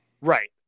right